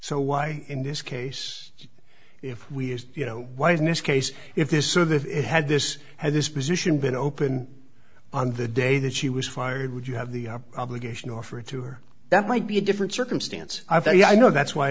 so why in this case if we as you know why in this case if this so that it had this had this position been open on the day that she was fired would you have the obligation or for it to her that might be a different circumstance i value i know that's why